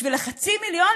בשביל חצי מיליון,